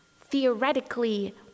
Theoretically